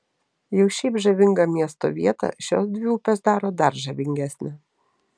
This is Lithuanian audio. jau šiaip žavingą miesto vietą šios dvi upės daro dar žavingesnę